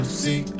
see